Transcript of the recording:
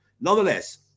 Nonetheless